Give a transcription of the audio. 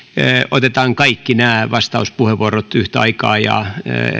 otetaan kaikki nämä vastauspuheenvuorot yhtä aikaa ja